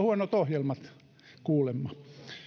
huonot ohjelmat kuulemma